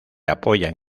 apoyan